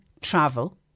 travel